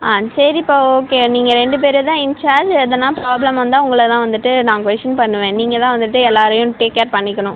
ஆ சரிப்பா ஓகே நீங்கள் ரெண்டு பேர் தான் இன்ச்சார்ஜ் எதனா ப்ராப்ளம் வந்தால் உங்களை தான் வந்துவிட்டு நான் கொஷ்ஷின் பண்ணுவேன் நீங்கள் தான் வந்துவிட்டு எல்லாரையும் டேக் கேர் பண்ணிக்கணும்